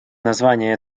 название